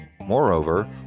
Moreover